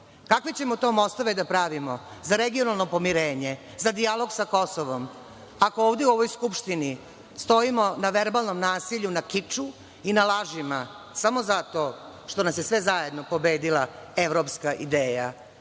ćemo to mostove da pravimo za regionalno pomirenje, za dijalog sa Kosovom, ako ovde u ovoj Skupštini stojimo na verbalnom nasilju, na kiču i na lažima samo zato što nas je sve zajedno pobedila evropska ideja?